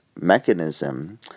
mechanism